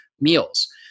meals